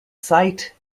site